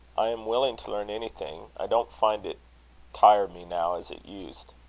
i am willing to learn anything. i don't find it tire me now as it used.